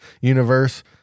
universe